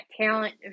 talent